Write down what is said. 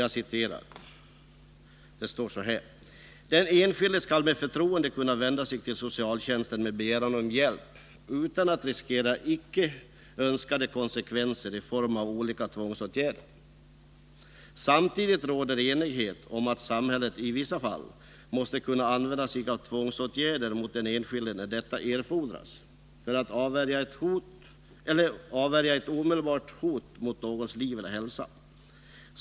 Jag citerar: ”Den enskilde skall med förtroende kunna vända sig till socialtjänsten med begäran om hjälp utan att riskera icke önskade konsekvenser i form av olika tvångsåtgärder. Samtidigt råder enighet om att samhället i vissa fall måste kunna använda sig av tvångsåtgärder mot den enskilde när detta erfordras för att avvärja ett omedelbart hot mot någons liv eller hälsa.